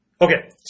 Okay